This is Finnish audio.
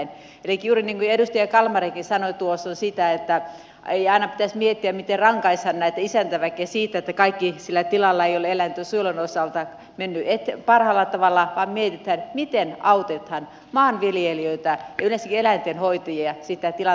elikkä juuri niin kuin edustaja kalmarikin sanoi tuossa ei aina pitäisi miettiä miten rangaista tätä isäntäväkeä siitä että kaikki sillä tilalla ei ole eläintensuojelun osalta mennyt parhaalla tavalla vaan mietitään miten autetaan maanviljelijöitä ja sitä tilaa